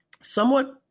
somewhat